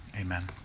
amen